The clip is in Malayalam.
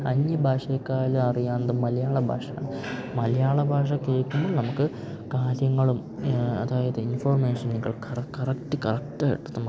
അന്യ ഭാഷേക്കാലും അറിയാവുന്നത് മലയാള ഭാഷയാണ് മലയാള ഭാഷ കേൾക്കുമ്പം നമുക്ക് കാര്യങ്ങളും അതായത് ഇൻഫോർമേഷനുകള് കറക്റ്റ് കറക്റ്റായിട്ട് നമുക്ക്